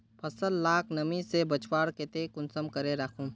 फसल लाक नमी से बचवार केते कुंसम करे राखुम?